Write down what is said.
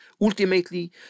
Ultimately